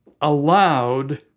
allowed